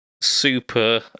super